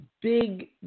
big